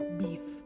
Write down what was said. beef